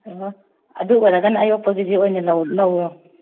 ꯑꯣ ꯑꯣ ꯑꯗꯨ ꯑꯣꯏꯔꯒꯅ ꯑꯣꯏꯅ ꯂꯧꯔꯣ